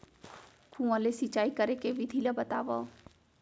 कुआं ले सिंचाई करे के विधि ला बतावव?